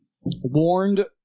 warned